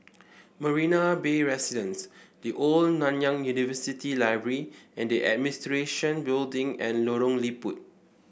Marina Bay Residences The Old Nanyang University Library and Administration Building and Lorong Liput